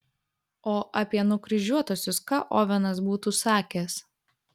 o apie nukryžiuotuosius ką ovenas būtų sakęs